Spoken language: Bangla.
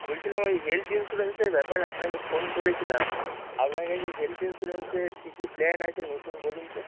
বলছিলাম ওই হেলথ ইন্সুরেন্সের ব্যাপারে আপনাকে ফোন করেছিলাম আপনার কাছে হেলথ ইন্সুরেন্সের কী কী প্ল্যান আছে নতুন বলুন তো